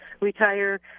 retire